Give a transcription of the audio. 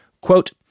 Quote